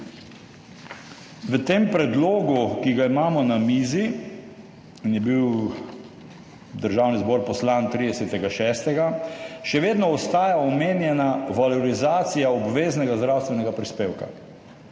V tem predlogu, ki ga imamo na mizi in je bil Državni zbor poslan 30. 6., še vedno ostaja omenjena valorizacija obveznega zdravstvenega prispevka.